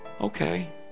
Okay